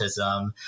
autism